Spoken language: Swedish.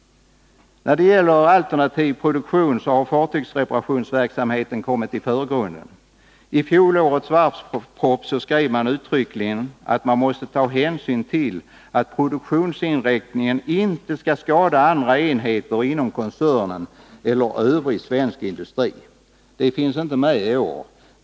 När det gäller alternativ produktion har fartygsreparationsverksamheten kommiti förgrunden. I fjolårets varvsproposition skrevs uttryckligen att man måste ta hänsyn till att produktionsinriktningen inte skall skada andra enheter inom koncernen eller inom övrig svensk industri. Det uttalandet finns inte med i år.